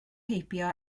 heibio